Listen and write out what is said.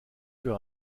für